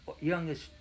youngest